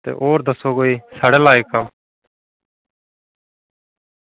ते होर दस्सो कोई साढ़े लायक कम्म